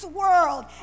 world